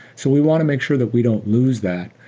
so we want to make sure that we don't lose that.